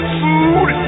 food